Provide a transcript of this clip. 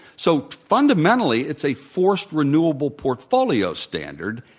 so, fundamentally it's a forced renewable portfolio standard.